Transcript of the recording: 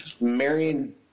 Marion